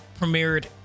premiered